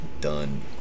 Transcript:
done